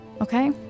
Okay